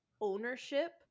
ownership